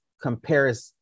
comparison